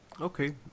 okay